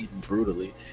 brutally